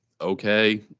okay